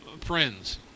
friends